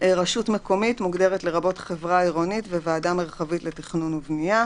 "רשות מקומית" לרבות חברה עירונית וועדה מרחבית לתכנון ובנייה,